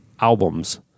albums